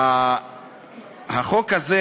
החוק הזה